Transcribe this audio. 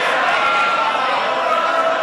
הופה.